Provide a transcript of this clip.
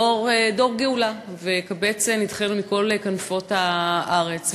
דור גאולה, וקבץ נידחינו מכל כנפות הארץ.